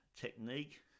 technique